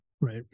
right